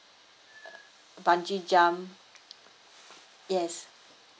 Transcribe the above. uh bungee jump yes